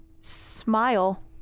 Smile